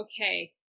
okay